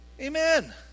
Amen